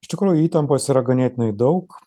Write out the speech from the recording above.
iš tikrųjų įtampos yra ganėtinai daug